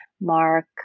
mark